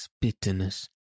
bitterness